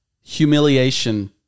humiliation